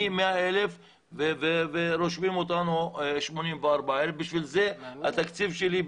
אני עם 100,000 ורושמים אותנו 84,000. לכן התקציב שלי,